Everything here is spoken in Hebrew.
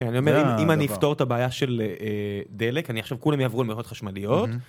אני אומר אם אני אפתור את הבעיה של דלק, אני עכשיו כולם יעברו למערכות חשמליות.